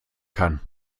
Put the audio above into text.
kann